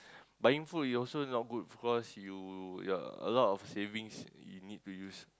buying food is also not good because you ya a lot of savings you need to use